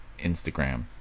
Instagram